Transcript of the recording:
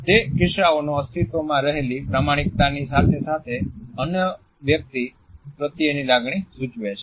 તે કિસ્સાઓના અસ્તિત્વમાં રહેલી પ્રામાણિકતાની સાથે સાથે અન્ય વ્યક્તિ પ્રત્યેની લાગણી સૂચવે છે